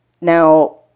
Now